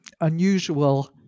unusual